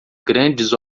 grandes